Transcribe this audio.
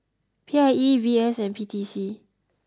P I E V S and P T C